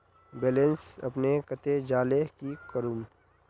Balance अपने कते जाले की करूम?